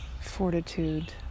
fortitude